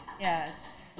Yes